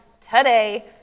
today